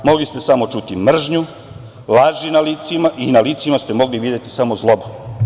Mogli ste samo čuti mržnju, laži i na licima ste mogli videti samo zlobu.